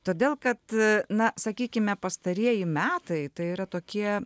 todėl kad na sakykime pastarieji metai tai yra tokie